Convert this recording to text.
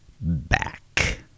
back